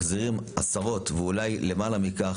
מחזירים עשרות, ואולי למעלה מכך,